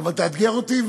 אבל תאתגר אותי,